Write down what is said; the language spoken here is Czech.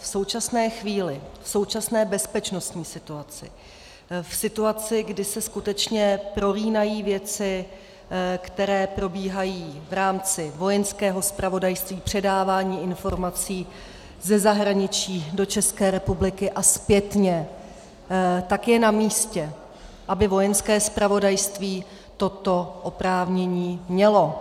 V současné chvíli, v současné bezpečnostní situaci, v situaci, kdy se skutečně prolínají věci, které probíhají v rámci Vojenského zpravodajství, předávání informací ze zahraničí do České republiky a zpětně, tak je namístě, aby Vojenské zpravodajství toto oprávnění mělo.